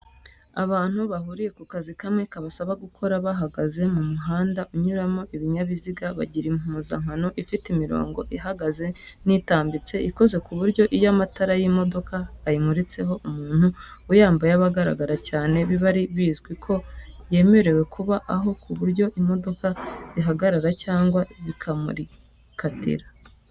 Abantu bahuriye ku kazi kamwe kabasaba gukora bahagaze mu muhanda unyuramo ibinyabiziga, bagira impuzankano ifite imirongo ihagaze n'itambitse, ikoze ku buryo iyo amatara y'imodoka ayimuritseho, umuntu uyambaye aba agaragara cyane, biba bizwi ko yemerewe kuba aho, ku buryo imodoka zihagarara cyangwa zikamukatira.